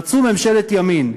רצו ממשלת ימין,